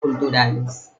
culturales